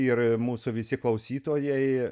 ir mūsų visi klausytojai